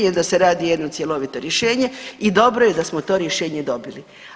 Jer da se radi jedno cjelovito rješenje i dobro je da smo to rješenje dobili.